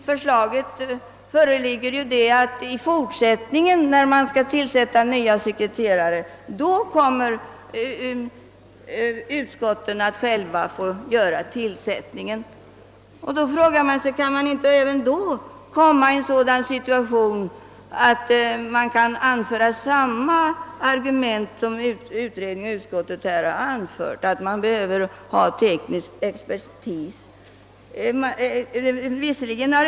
Förslaget innebär nämligen att när en ny sekreterare i fortsättningen skall tillsättas får utskotten själva göra detta. Kan det inte även då uppstå en sådan situation att samma argument, som utredningen och utskottet nu har anfört, kan bli aktuella nämligen att man behöver teknisk expertis?